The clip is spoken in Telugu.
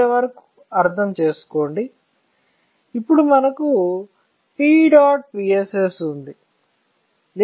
ఇక్కడ వరకు అర్థం చేసుకోండి ఇప్పుడు మనకు PEDOTPSS ఉంది